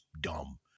dumb